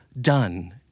done